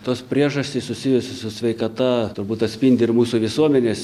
tos priežastys susijusios su sveikata turbūt atspindi ir mūsų visuomenės